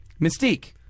Mystique